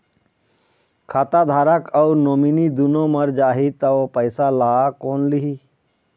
खाता धारक अऊ नोमिनि दुनों मर जाही ता ओ पैसा ला कोन लिही?